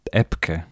epkę